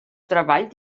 treball